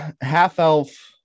half-elf